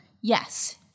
Yes